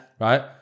Right